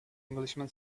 englishman